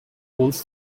holds